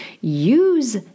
use